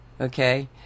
Okay